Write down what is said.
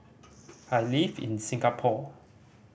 I live in Singapore